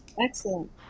Excellent